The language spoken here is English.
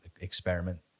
experiment